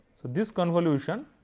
so, this convolution